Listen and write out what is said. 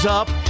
up